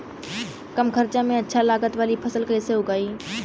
कम खर्चा में अच्छा लागत वाली फसल कैसे उगाई?